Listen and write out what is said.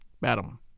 madam